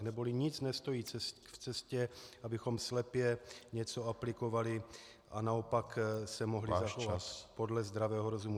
Neboli nic nestojí v cestě, abychom slepě něco aplikovali a naopak se mohli zachovat podle zdravého rozumu.